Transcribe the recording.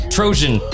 Trojan